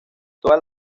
todas